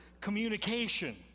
communication